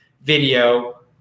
video